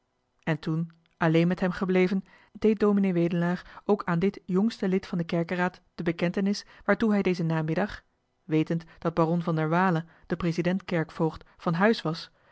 en toen alleen met hem gebleven deed ds wedelaar ook aan dit jongste lid van den kerkeraad de bekentenis waartoe hij dezen namiddag wetend dat baron van der waele de president kerkvoogd van huis was